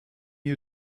you